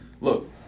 look